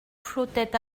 flottait